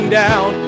down